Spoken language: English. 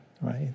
Right